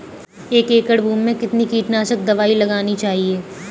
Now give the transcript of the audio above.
एक एकड़ भूमि में कितनी कीटनाशक दबाई लगानी चाहिए?